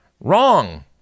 Wrong